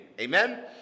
amen